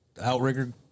outrigger